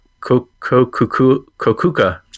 Kokuka